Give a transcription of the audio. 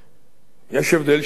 יש הבדל שאיננו מהותי: